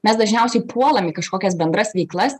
mes dažniausiai puolam į kažkokias bendras veiklas